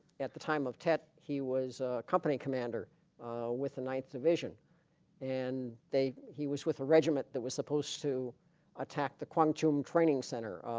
at the time of tet he was a company commander with the ninth division and they he was with a regiment that was supposed to attack the quantum training center